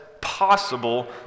possible